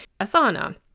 Asana